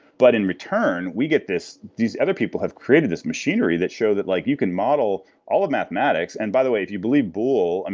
but in return, we get this these other people have created this machinery that show that like you can model all of mathematics. and by the way, if you believe boole,